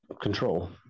control